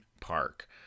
park